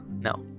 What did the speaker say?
No